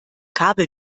kabel